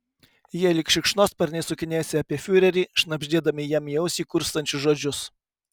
jie lyg šikšnosparniai sukinėjasi apie fiurerį šnabždėdami jam į ausį kurstančius žodžius